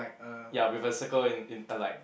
ya with a circle in in a like